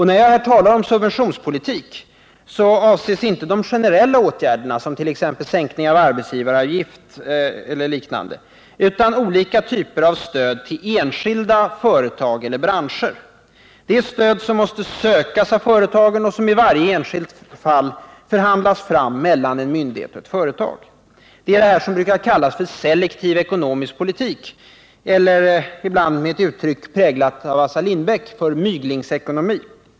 När jag här talar om subventionspolitik avses inte de generella åtgärderna, som t.ex. sänkning av arbetsgivaravgifter eller liknande, utan olika typer av stöd till enskilda företag eller branscher. Det är stöd som måste sökas av företagen och som i varje enskilt fall förhandlas fram mellan myndigheter och företag. Det är detta som brukar kallas för selektiv ekonomisk politik eller ibland, med ett uttryck präglat av Assar Lindbeck, för ”myglingsekonomi”.